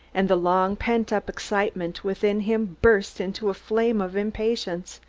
and the long pent-up excitement within him burst into a flame of impatience.